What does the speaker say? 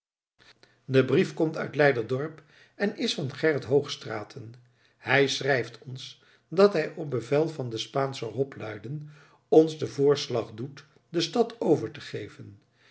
de brief komt uit leiderdorp en is van gerrit hoochstraten hij schrijft ons dat hij op bevel van de spaansche hopluiden ons den voorslag doet de stad over te geven